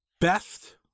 best